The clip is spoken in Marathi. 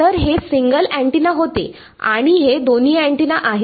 तर हे सिंगल अँटीना होते आणि हे दोन्ही अँटीना आहेत